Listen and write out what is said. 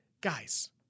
Guys